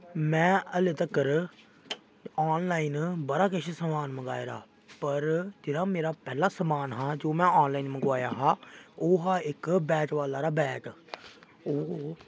मैं हल्लें तक्कर आनलाइन बड़ा किश समान मंगोआदा पर जेह्ड़ा मेरा पैह्ला समान हा जेह्ड़ा आनलाइन मंगोआया हा ओह् हा इक बैट बाल आह्ला बैग ते